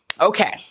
Okay